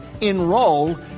Enroll